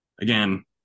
again